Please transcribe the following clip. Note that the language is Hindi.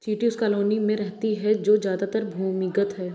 चींटी उस कॉलोनी में रहती है जो ज्यादातर भूमिगत है